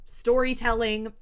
storytelling